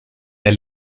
der